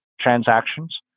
transactions